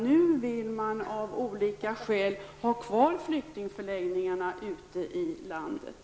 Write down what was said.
Nu vill de av olika skäl ha kvar flyktingförläggningarna ute i landet.